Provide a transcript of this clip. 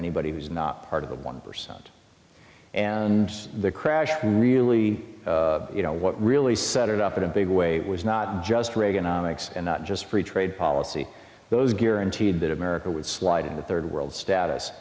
anybody who's not part of the one percent and the crash who really you know what really set it up in a big way it was not just reaganomics and not just free trade policy those guaranteed that america would slide into third world status